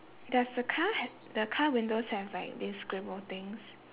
does the car hav~ the car windows have like this scribble things